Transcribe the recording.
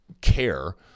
care